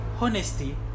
honesty